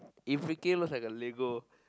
it freaking looks like a lego